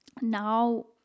now